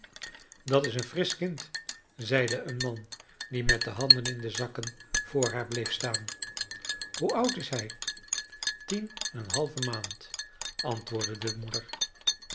dat is een frisch kind zeide een man die met de handen in de zakken voor haar bleef staan hoe oud is hij tien en een halve maand antwoordde de moeder